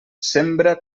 sembra